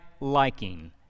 liking